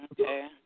Okay